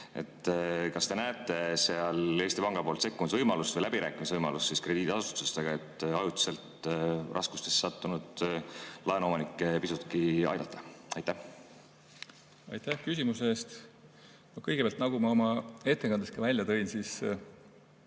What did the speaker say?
Kas te näete seal Eesti Panga sekkumise võimalust või läbirääkimise võimalust krediidiasutustega, et ajutiselt raskustesse sattunud laenuomanikke pisutki aidata? Aitäh küsimuse eest! Kõigepealt, nagu ma oma ettekandes ka välja tõin, Eesti